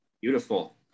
Beautiful